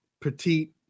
petite